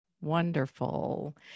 Wonderful